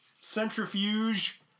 centrifuge